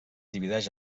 divideix